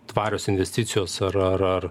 tvarios investicijos ar ar ar